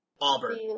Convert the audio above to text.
Auburn